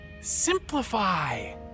Simplify